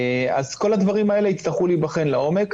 אז כל הדברים האלה יצטרכו להיבחן לעומק,